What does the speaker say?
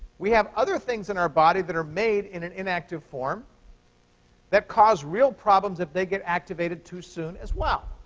we have other things in our body that are made in an inactive form that cause real problems if they get activated too soon as well.